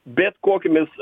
bet kokiomis